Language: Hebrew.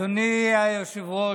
אדוני היושב-ראש,